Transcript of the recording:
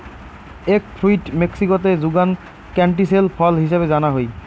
egg fruit মেক্সিকোতে যুগান ক্যান্টিসেল ফল হিছাবে জানা হই